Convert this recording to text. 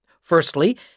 Firstly